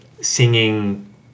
singing